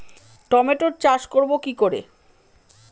টমেটোর চাষ করব কি করে?